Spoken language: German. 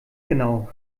genau